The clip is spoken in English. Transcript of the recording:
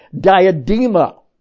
diadema